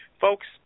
Folks